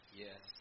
yes